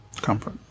comfort